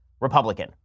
Republican